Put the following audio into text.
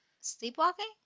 Sleepwalking